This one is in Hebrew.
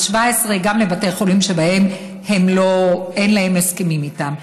17 גם לבתי חולים שאין להן הסכמים איתם.